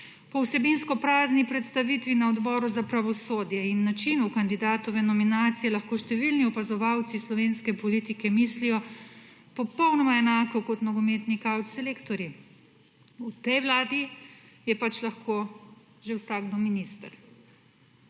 Po vsebinsko prazni predstavitvi na Odboru za pravosodje in načinu kandidatove nominacije lahko številni opazovalci slovenske politike mislijo popolnoma enako kot nogometni kavč selektorji. V tej vladi je pač lahko že vsakdo minister.